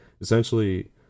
essentially